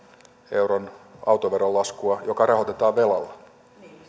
euron autoveron laskua joka rahoitetaan velalla